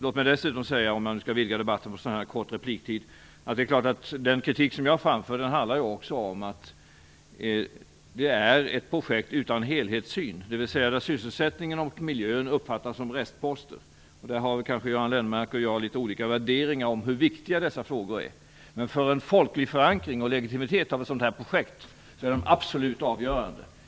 Låt mig dessutom säga, om jag nu skall vidga debatten på så här kort repliktid, att den kritik som jag framför också handlar om att det är ett projekt utan helhetssyn. Sysselsättningen och miljön uppfattas som restposter. Göran Lennmarker och jag har kanske olika värderingar av hur viktiga dessa frågor är, men för en folklig förankring och legitimering av ett sådant projekt är de absolut avgörande.